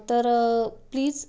तर प्लीज